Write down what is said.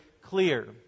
clear